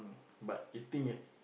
but eating uh